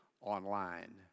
online